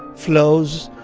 flows,